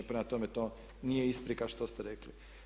Prema tome to nije isprika što ste rekli.